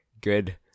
good